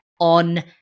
on